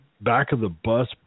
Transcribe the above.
back-of-the-bus